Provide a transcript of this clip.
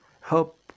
help